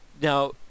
Now